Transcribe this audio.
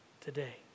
today